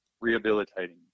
rehabilitating